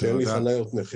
שבו אין לי חניות נכים.